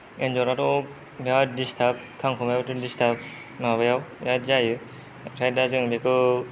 एन्जराथ' बिराद दिस्थाब खांखमायाबोथ' दिस्थाब माबायाव बिराद जायो ओमफ्राय दां जों बेखौ